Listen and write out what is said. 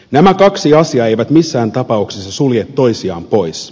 nämä kaksi asiaa eivät missään tapauksessa sulje toisiaan pois